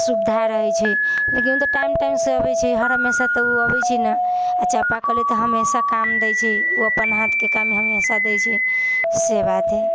सुविधा रहैत छै लेकिन ओ तऽ टाइम टाइमसँ अबैत छै हमेशा तऽ ओ अबैत छै नहि आ चापा कले तऽ हमेशा काम देै छै ओ अपन हाथके काम हमेशा दै छै से बात हइ